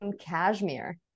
cashmere